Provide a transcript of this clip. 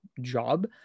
job